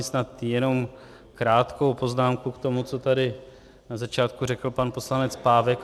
Snad jenom krátkou poznámku k tomu, co tady na začátku řekl pan poslanec Pávek.